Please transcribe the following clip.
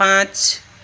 पाँच